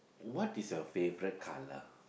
what is your favourite colour